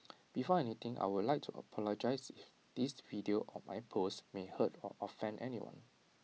before anything I would like to apologise if this video or my post may hurt or offend anyone